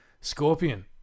Scorpion